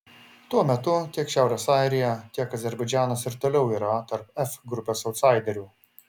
tuo metu tiek šiaurės airija tiek azerbaidžanas ir toliau yra tarp f grupės autsaiderių